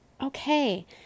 Okay